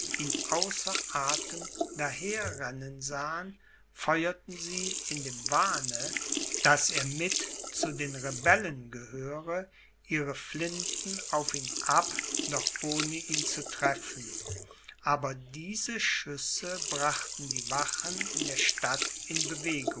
ihn außer athem daher rennen sahen feuerten sie in dem wahne daß er mit zu den rebellen gehöre ihre flinten auf ihn ab doch ohne ihn zu treffen aber diese schüsse brachten die wachen in der stadt in bewegung